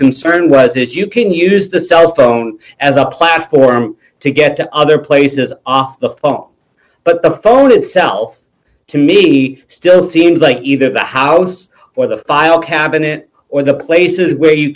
concerned was this you can use the cell phone as a platform to get to other places on the phone but the phone itself to me still seems like either the house or the file cabinet or the places where you